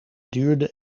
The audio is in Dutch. duurde